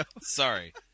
sorry